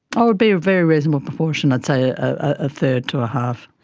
it would be a very reasonable proportion, i'd say a third to a half.